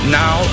now